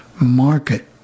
market